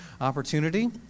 opportunity